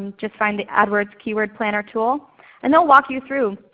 just find the adwords keyword planner tool and they'll walk you through